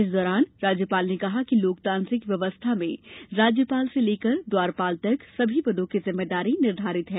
इस दौरान राज्यपाल ने कहा कि लोकतांत्रिक व्यवस्था में राज्यपाल से लेकर द्वारपाल तक सभी पदों की जिम्मेदारी निर्धारित है